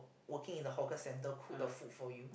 working in the hawker center cook the food for you